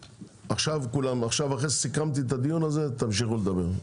אחרי שסיכמתי את הדיון הזה, תמשיכו לדבר.